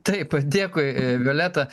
taip dėkui violeta